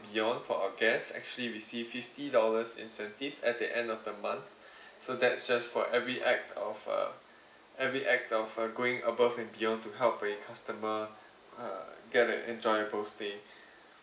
beyond for our guests actually receive fifty dollars incentive at the end of the month so that's just for every act of uh every act of uh going above and beyond to help bring customer uh get a enjoyable stay